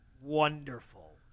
Wonderful